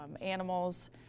animals